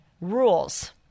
rules